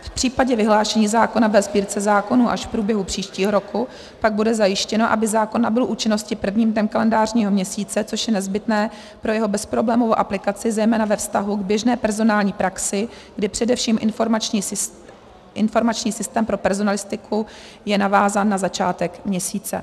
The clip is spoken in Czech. V případě vyhlášení zákona ve Sbírce zákonů až v průběhu příštího roku pak bude zajištěno, aby zákon nabyl účinnosti prvním dnem kalendářního měsíce, což je nezbytné pro jeho bezproblémovou aplikaci zejména ve vztahu k běžné personální praxi, kdy především informační systém pro personalistiku je navázán na začátek měsíce.